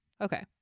Okay